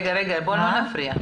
רגע, בואו לא נפריע.